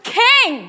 king